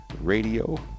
Radio